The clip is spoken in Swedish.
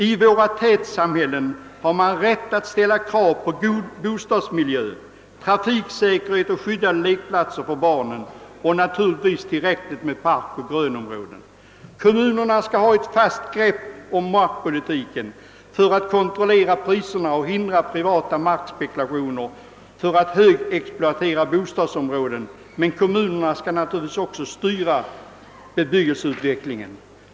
I våra tätorter har man rätt att ställa krav på god bostadsmiljö, trafiksäkerhet och skyddade lekplatser för barnen och naturligtvis tillräckligt med parkoch grönområden. Kommunerna bör ha ett fast grepp om markpolitiken för att kontrollera priserna och hindra privata markspekulationer i syfte att högexploatera bostadsområden, men kommunerna bör naturligtvis också styra hebyggelseutvecklingen.